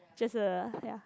just a ya